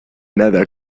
nada